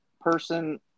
person